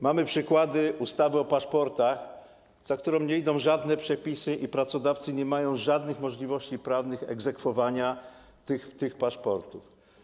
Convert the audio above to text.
Mamy przykłady ustawy o paszportach COVID-owych, za którą nie idą żadne przepisy i pracodawcy nie mają żadnych możliwości prawnych egzekwowania tych paszportów.